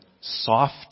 soft